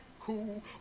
cool